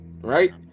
right